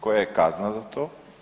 Koja je kazna za to?